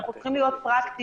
אנחנו צריכים להיות פרקטיים,